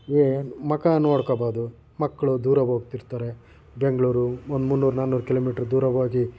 ಮಖ ನೋಡ್ಕೋಬೋದು ಮಕ್ಕಳು ದೂರ ಹೋಗ್ತಿರ್ತಾರೆ ಬೆಂಗಳೂರು ಮುನ್ ಮುನ್ನೂರು ನಾನ್ನೂರು ಕಿಲೋಮೀಟ್ರ್ ದೂರ ಹೋಗಿ